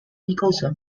nicholson